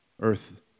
Earth